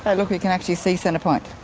ah look you can actually see centrepoint.